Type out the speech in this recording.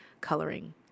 coloring